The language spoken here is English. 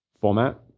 format